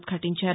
ఉద్ఘాటించారు